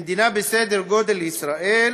במדינות בסדר הגודל של ישראל